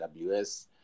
AWS